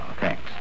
thanks